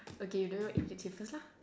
okay you know what irritates say first lah